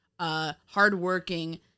hard-working